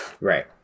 Right